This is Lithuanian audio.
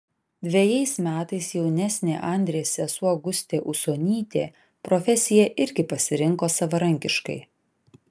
dvejais metais jaunesnė andrės sesuo gustė usonytė profesiją irgi pasirinko savarankiškai